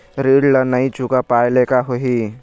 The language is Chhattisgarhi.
ऋण ला नई चुका पाय ले का होही?